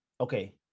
okay